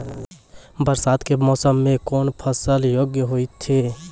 बरसात के मौसम मे कौन फसल योग्य हुई थी?